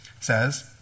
says